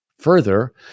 Further